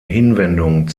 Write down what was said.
hinwendung